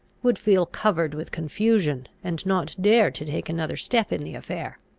would feel covered with confusion, and not dare to take another step in the affair.